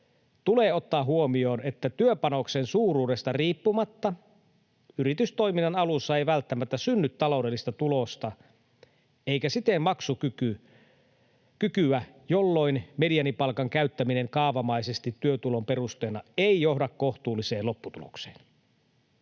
tulee ottaa huomioon, että työpanoksen suuruudesta riippumatta yritystoiminnan alussa ei välttämättä synny taloudellista tulosta eikä siten maksukykyä, jolloin mediaanipalkan käyttäminen kaavamaisesti työtulon perusteena ei johda kohtuulliseen lopputulokseen.